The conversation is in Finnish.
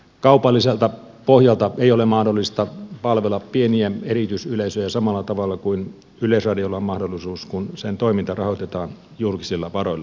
kaupalliselta pohjalta ei ole mahdollista palvella pieniä erityisyleisöjä samalla tavalla kuin yleisradiolla on mahdollisuus kun sen toiminta rahoitetaan julkisilla varoilla